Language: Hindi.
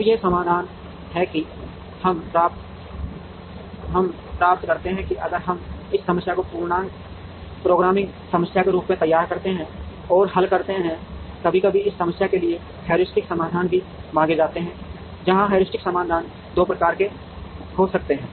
अब यह समाधान है कि हम प्राप्त करते हैं अगर हम इस समस्या को पूर्णांक प्रोग्रामिंग समस्या के रूप में तैयार करते हैं और हल करते हैं कभी कभी इस समस्या के लिए हेयुरिस्टिक समाधान भी मांगे जाते हैं जहां हेयुरिस्टिक समाधान 2 प्रकार के हो सकते हैं